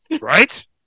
Right